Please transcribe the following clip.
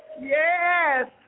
Yes